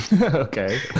Okay